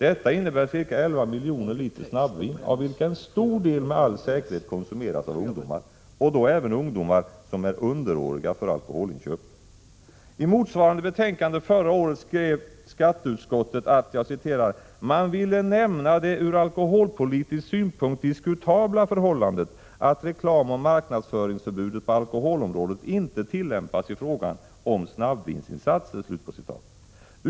Detta innebär ca 11 miljoner liter snabbvin, av vilket en stor del med all säkerhet konsumeras av ungdomar, och då även ungdomar som är underåriga för alkoholinköp. I motsvarande betänkande från förra året skrev skatteutskottet att man ville nämna det ur alkoholpolitisk synpunkt diskutabla förhållandet att reklamoch marknadsföringsförbudet på alkoholområdet inte tillämpas i fråga om snabbvinssatser.